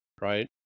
right